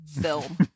film